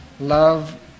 Love